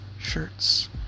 shirts